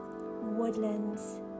woodlands